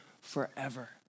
forever